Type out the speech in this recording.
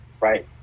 right